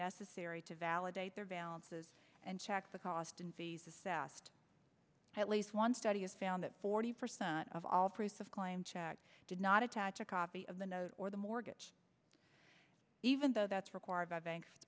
necessary to validate their balances and checks the cost and fees assessed at least one study has found that forty percent of all priests of claim check did not attach a copy of the note or the mortgage even though that's required by banks